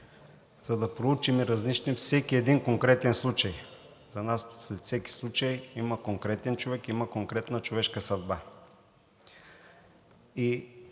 за да проучим и разнищим всеки конкретен случай. За нас зад всеки случай има конкретен човек, има конкретна човешка съдба.